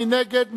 מי נגד?